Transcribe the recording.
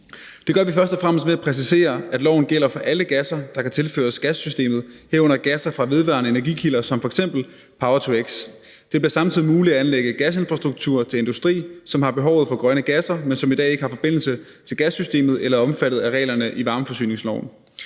Det gør vi først og fremmest ved at præcisere, at loven gælder for alle gasser, der kan tilføres gassystemet, herunder gasser fra vedvarende energi-kilder som f.eks. power-to-x. Det bliver samtidig muligt at anlægge gasinfrastruktur til industri, som har behovet for grønne gasser, men som i dag ikke har forbindelse til gassystemet eller er omfattet af reglerne i varmeforsyningsloven.